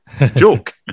Joke